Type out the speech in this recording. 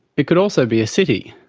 it could also be a city.